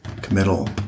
committal